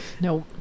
Nope